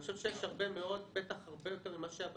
אני חושב שיש הרבה מאוד בטח הרבה יותר ממה שהיה בעבר.